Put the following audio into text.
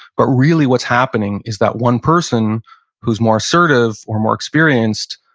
but really what's happening is that one person who's more assertive, or more experienced,